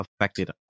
affected